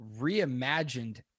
reimagined